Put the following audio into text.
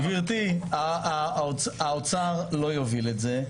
גבירתי, האוצר לא יוביל את זה.